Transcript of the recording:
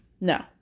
No